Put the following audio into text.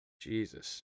Jesus